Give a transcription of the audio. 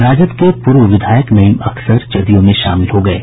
राजद के पूर्व विधायक नईम अख्तर जदयू में शामिल हो गये हैं